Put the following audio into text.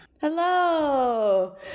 hello